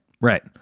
Right